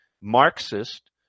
Marxist